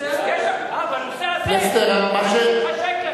בנושא הזה, כשמתחשק לך.